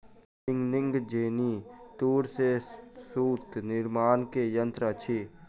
spinning jenny तूर से सूत निर्माण के यंत्र अछि